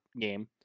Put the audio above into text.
game